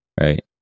Right